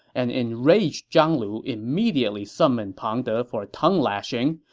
an enraged zhang lu immediately summoned pang de for a tongue-lashing,